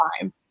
time